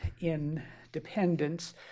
Independence